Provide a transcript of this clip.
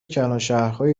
کلانشهرهایی